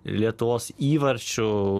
lietuvos įvarčiu